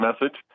message